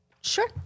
Sure